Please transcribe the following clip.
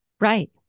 Right